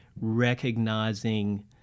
recognizing